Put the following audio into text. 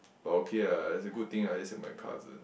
but okay ah it's a good thing ah at least have my cousin